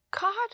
God